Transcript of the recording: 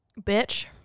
bitch